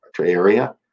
area